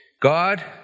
God